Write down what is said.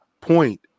point